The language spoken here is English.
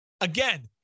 again –